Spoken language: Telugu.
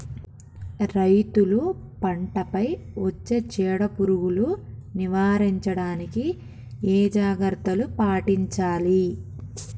రైతులు పంట పై వచ్చే చీడ పురుగులు నివారించడానికి ఏ జాగ్రత్తలు పాటించాలి?